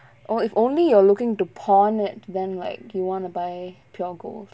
oh if only you are looking to pawn it then like you want to buy pure gold